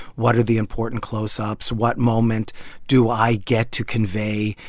what are the important close-ups, what moment do i get to convey,